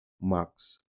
max